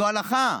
זו הלכה.